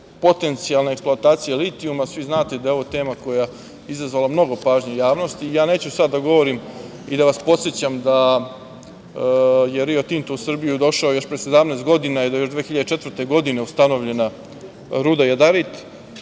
potencijalne eksploatacije litijuma. Svi znate da je ovo tema koja je izazvala mnogo pažnje u javnosti. Neću sada da govorim i da vas podsećam da je „Rio Tinto“ u Srbiju došao još pre 17 godina i da je još 2004. godine ustanovljena ruda Jadarit,